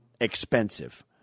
expensive